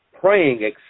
praying